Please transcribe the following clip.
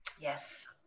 Yes